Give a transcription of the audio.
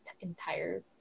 entire